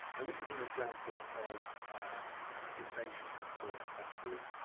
and this is an example of an application for a passport.